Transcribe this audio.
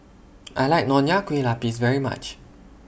I like Nonya Kueh Lapis very much